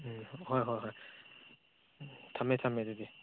ꯎꯝ ꯍꯣꯏ ꯍꯣꯏ ꯍꯣꯏ ꯊꯝꯃꯦ ꯊꯝꯃꯦ ꯑꯗꯨꯗꯤ